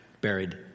buried